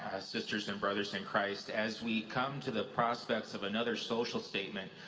sisters and brothers in christ as we come to the prospects of another social statement,